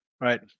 Right